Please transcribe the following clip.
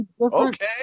Okay